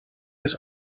his